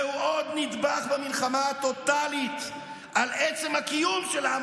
זהו עוד נדבך במלחמה הטוטלית על עצם הקיום של העם